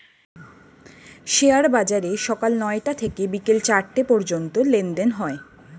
share বাজারে সকাল নয়টা থেকে বিকেল চারটে পর্যন্ত লেনদেন হয়